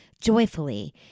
joyfully